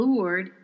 Lord